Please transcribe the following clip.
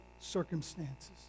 circumstances